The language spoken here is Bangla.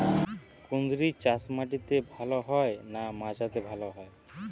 কুঁদরি চাষ মাটিতে ভালো হয় না মাচাতে ভালো হয়?